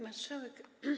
Marszałek!